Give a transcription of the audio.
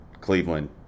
Cleveland